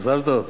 מזל טוב.